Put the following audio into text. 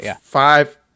five